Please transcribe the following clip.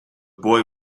boy